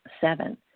Seven